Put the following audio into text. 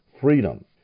Freedom